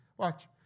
Watch